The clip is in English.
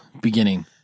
beginning